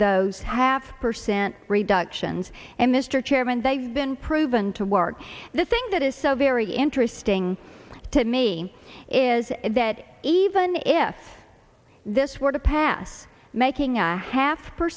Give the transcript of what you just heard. those half percent reductions and mr chairman they've been proven to work the thing that is so very interesting to me is that even if this were to pass making a half per